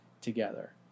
together